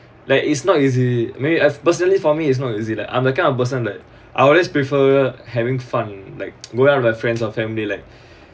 like it's not easy may I personally for me as long as it like I'm the kind of person that I always prefer having fun like going out with my friends or family like